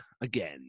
again